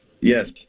Yes